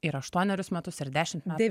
ir aštuonerius metus ir dešimt metų